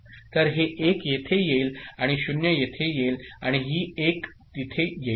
तर हे 1 येथे येईल आणि 0 येथे येईल आणि ही 1 तिथे येईल